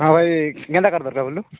ହଁ ଭାଇ କେନ୍ତା କରୁଛ ବୋଲ